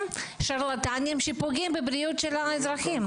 שרלטנים שפוגעים בבריאות של האזרחים.